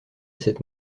cette